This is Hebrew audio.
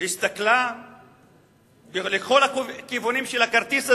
הסתכלה בכל הכיוונים של הכרטיס הזה,